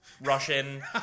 Russian